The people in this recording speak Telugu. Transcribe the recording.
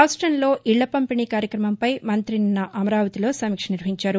రాష్టంలో ఇళ్ల పంపిణీ కార్యక్రమంపై మంతి నిన్న అమరావతి లో సమీక్ష నిర్వహించారు